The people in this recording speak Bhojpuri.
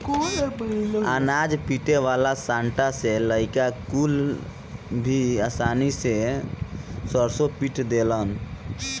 अनाज पीटे वाला सांटा से लईका कुल भी आसानी से सरसों पीट देलन